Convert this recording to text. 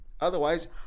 Otherwise